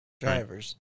Drivers